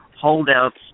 holdouts